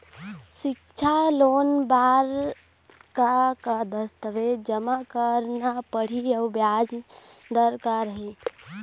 सिक्छा लोन बार का का दस्तावेज जमा करना पढ़ही अउ ब्याज दर का रही?